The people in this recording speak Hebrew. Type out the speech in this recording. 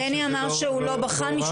בני אמר שהוא לא בחן,